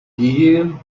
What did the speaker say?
diejenigen